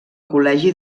col·legi